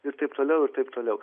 ir taip toliau ir taip toliau